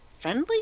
friendly